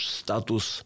status